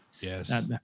Yes